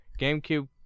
GameCube